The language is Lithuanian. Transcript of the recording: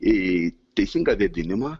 į teisingą vėdinimą